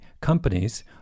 companies